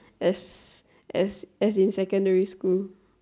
as as as in secondary school